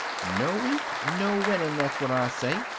no wheat, no winning, that's what i say.